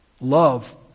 Love